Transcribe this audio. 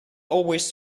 always